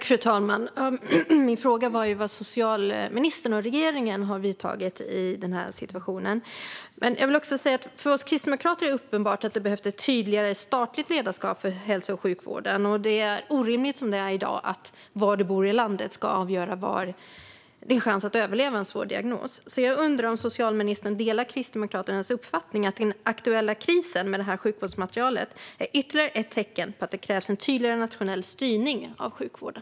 Fru talman! Min fråga gällde vilka åtgärder socialministern och regeringen har vidtagit i denna situation. För oss kristdemokrater är det uppenbart att det behövs ett tydligare statligt ledarskap för hälso och sjukvården. Att ha det som i dag är orimligt, det vill säga att var du bor i landet ska avgöra din chans att överleva en svår diagnos. Jag undrar om socialministern delar Kristdemokraternas uppfattning att den aktuella krisen med sjukvårdsmaterielen är ytterligare ett tecken på att det krävs en tydligare nationell styrning av sjukvården.